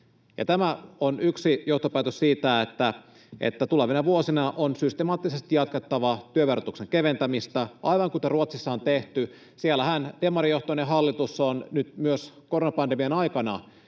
Tästä yksi johtopäätös on, että tulevina vuosina on systemaattisesti jatkettava työn verotuksen keventämistä, aivan kuten Ruotsissa on tehty. Siellähän demarijohtoinen hallitus on nyt myös koronapandemian aikana